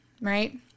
right